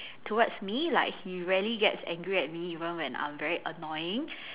towards me like he rarely gets angry at me even when I'm very annoying